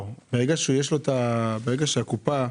באותה קופה,